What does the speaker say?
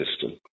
system